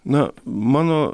na mano